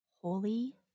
Holy